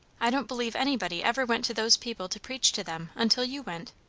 i don't believe anybody ever went to those people to preach to them, until you went.